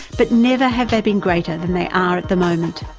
but never have they been greater than they are at the moment.